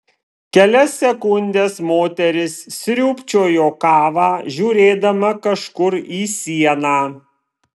kelias sekundes moteris sriūbčiojo kavą žiūrėdama kažkur į sieną